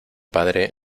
padre